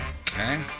Okay